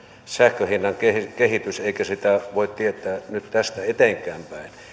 sähkön hinnan kehitys kehitys eikä sitä voi tietää nyt tästä eteenpäinkään